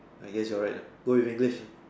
I guess you're right ah go with English